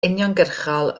uniongyrchol